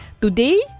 Today